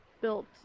built